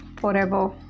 forever